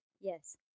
Yes